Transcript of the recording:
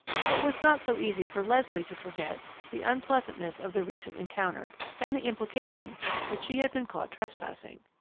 but it was not so easy for leslie to forget the unpleasantness of the recent encounter and the implication that she had been caught trespassing.